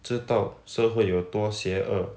知道社会有多邪恶